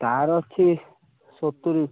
ତା'ର ଅଛି ସତୁରୀ